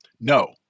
No